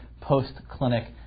post-clinic